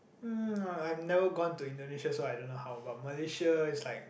um no I've never gone to Indonesia so I don't know how about Malaysia is like